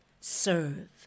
serve